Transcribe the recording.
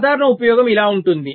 సాధారణ ఉపయోగం ఇలా ఉంటుంది